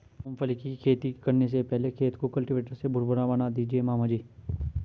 मूंगफली की खेती करने से पहले खेत को कल्टीवेटर से भुरभुरा बना दीजिए मामा जी